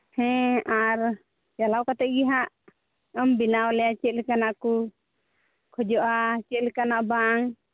ᱦᱮᱸ ᱟᱨ ᱪᱟᱞᱟᱣ ᱠᱟᱛᱮᱫ ᱜᱮ ᱦᱟᱸᱜ ᱟᱢ ᱵᱮᱱᱟᱣ ᱟᱞᱮᱭᱟ ᱪᱮᱫ ᱞᱮᱠᱟᱱᱟᱜ ᱠᱚ ᱠᱷᱚᱡᱚᱜᱼᱟ ᱪᱮᱫ ᱞᱮᱠᱟᱱᱟᱜ ᱵᱟᱝ